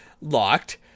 locked